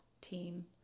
team